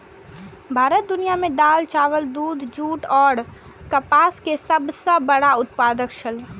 भारत दुनिया में दाल, चावल, दूध, जूट और कपास के सब सॉ बड़ा उत्पादक छला